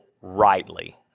rightly